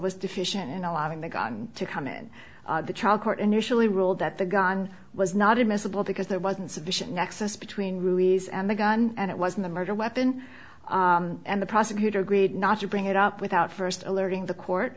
was deficient in allowing the gun to come in the trial court initially ruled that the gun was not admissible because there wasn't sufficient nexus between ruiz and the gun and it wasn't a murder weapon and the prosecutor agreed not to bring it up without first alerting the court